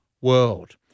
world